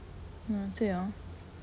ah 对 hor